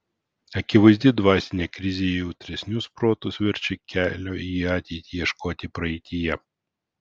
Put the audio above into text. akivaizdi dvasinė krizė jautresnius protus verčia kelio į ateitį ieškoti praeityje